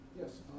Yes